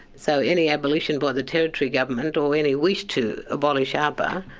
so any abolition by the territory government or any wish to abolish aapa,